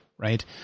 Right